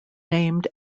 named